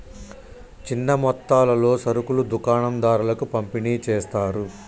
చిన్న మొత్తాలలో సరుకులు దుకాణం దారులకు పంపిణి చేస్తారు